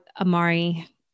Amari